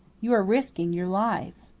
you are risking your life.